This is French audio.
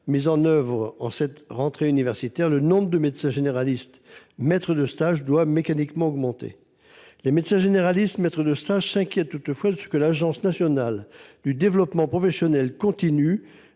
mis en œuvre lors de la présente rentrée universitaire, le nombre de médecins généralistes maîtres de stage doit mécaniquement augmenter. Les médecins généralistes maîtres de stage s’inquiètent toutefois de ce que l’Agence nationale du développement professionnel continu